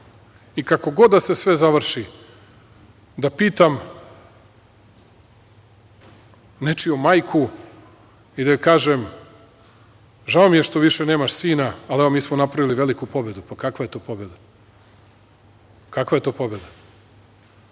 i kako god da se sve završi da pitam nečiju majku i da joj kažem – žao mi je što više nemaš sina, ali, evo, mi smo napravili veliku pobedu, pa kakva je to pobeda, kakva je to pobeda?